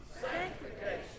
sanctification